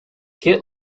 get